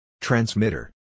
Transmitter